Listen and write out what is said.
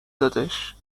دادش